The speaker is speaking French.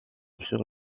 sur